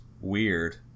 weird